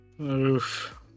Oof